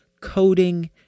coding